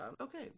okay